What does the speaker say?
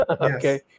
Okay